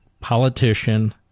politician